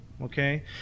okay